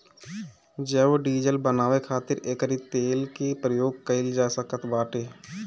जैव डीजल बानवे खातिर एकरी तेल के प्रयोग कइल जा सकत बाटे